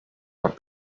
but